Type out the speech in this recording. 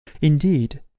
Indeed